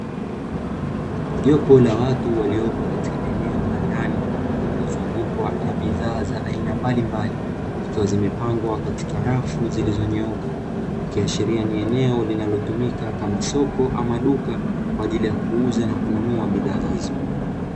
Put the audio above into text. Jopo la watu waliopo katika eneo la ndani wamezungukwa na bidhaa za aina mbalimbali, zimepangwa katika rafu zilizonyooka ikiashiria ni eneo lilalotumika kama soko ama duka kwaajili ya kuuza ama kununa bidhaa hizo.